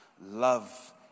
love